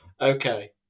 Okay